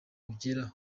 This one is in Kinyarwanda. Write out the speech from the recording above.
ugera